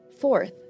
Fourth